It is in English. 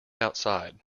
outside